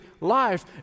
life